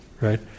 right